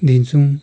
दिन्छौँ